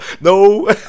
No